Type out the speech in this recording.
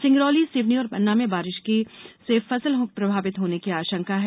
सिवनी और पन्ना में बारिश से फसले प्रभावित होने की आशंका है